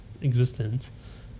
existence